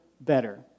better